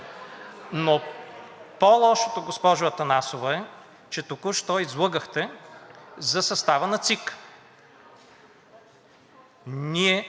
По-лошото е, госпожо Атанасова, че току-що излъгахте за състава на ЦИК.